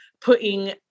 putting